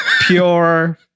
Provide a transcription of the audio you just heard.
pure